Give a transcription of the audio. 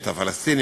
את הפלסטינים,